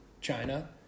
China